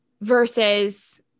versus